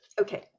Okay